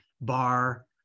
bar